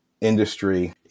industry